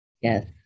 Yes